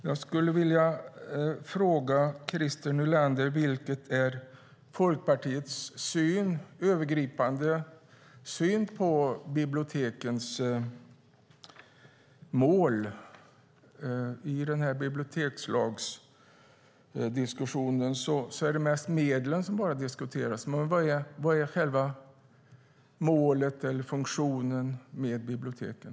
Jag vill fråga Christer Nylander: Vilken är Folkpartiets övergripande syn på bibliotekens mål? I bibliotekslagsdiskussionen är det mest medlen som diskuteras. Vad är målet eller funktionen med biblioteken?